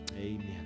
amen